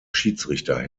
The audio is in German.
schiedsrichter